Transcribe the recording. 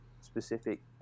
specific